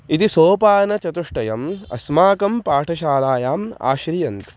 इति सोपानचतुष्टयम् अस्माकं पाठशालायाम् आश्रीयन्ते